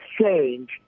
change